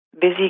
busy